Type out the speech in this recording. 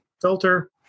filter